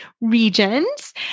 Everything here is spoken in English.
regions